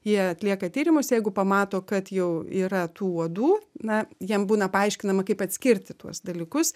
jie atlieka tyrimus jeigu pamato kad jau yra tų uodų na jiem būna paaiškinama kaip atskirti tuos dalykus